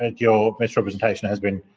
ah your misrepresentation has been